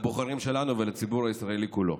לבוחרים שלנו ולציבור הישראלי כולו.